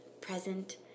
present